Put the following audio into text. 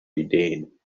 ideen